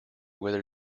whether